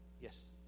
Yes